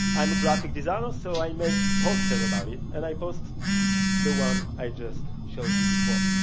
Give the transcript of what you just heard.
i'm a graphic designer, so i made posters about it and i posted the one i just showed you before.